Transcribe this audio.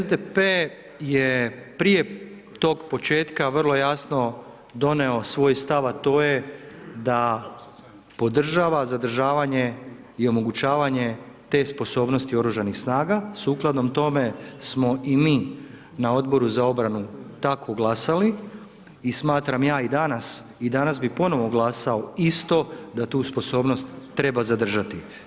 SDP je prije tog početka doneo svoj stav, a to je da podržava zadržavanje i omogućavanje te sposobnosti oružanih snaga, sukladno tome smo i mi na Odboru za obranu tako glasali i smatram ja i danas, i danas bi ponovo glasao isto da tu sposobnost treba zadržati.